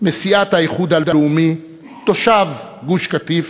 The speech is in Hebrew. מסיעת האיחוד הלאומי, תושב גוש-קטיף,